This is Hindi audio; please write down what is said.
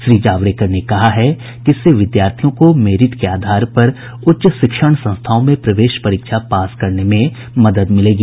श्री जावडेकर ने कहा है कि इससे विद्यार्थियों को मेरिट के आधार पर उच्च शिक्षा संस्थाओं में प्रवेश परीक्षा पास करने में मदद मिलेगी